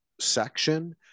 section